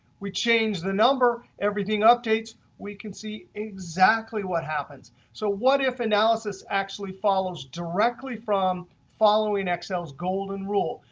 we change the number, everything updates, we can see exactly what happens. so what if analysis actually follows directly from following excel's golden rule.